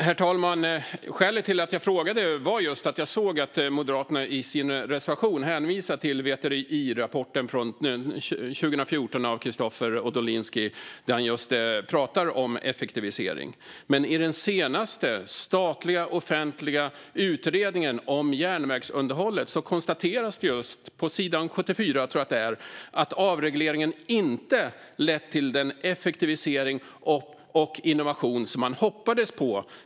Herr talman! Skälet till att jag frågade var att jag såg att Moderaterna i sin reservation hänvisade till VTI-rapporten från 2014 av Kristofer Odolinski. Där pratar han om effektivisering. Men i den senaste statliga offentliga utredningen om järnvägsunderhållet konstateras det - jag tror att det är på s. 74 - att avregleringen av järnvägsunderhållet inte lett till effektivisering och innovationer på det sätt man hoppades på.